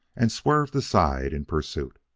and swerved aside in pursuit.